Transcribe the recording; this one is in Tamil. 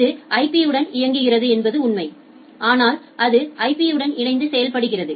இது ஐபி உடன் இயங்குகிறது என்பது உண்மை ஆனால் அது ஐபி யுடன் இணைந்து செயல்படுகிறது